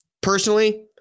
Personally